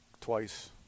twice